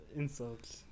insults